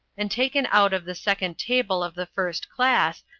and taken out of the second table of the first class,